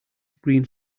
green